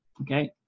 Okay